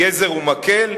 גזר ומקל,